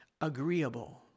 Agreeable